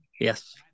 yes